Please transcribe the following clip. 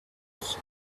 asked